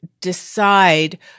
decide